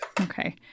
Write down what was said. Okay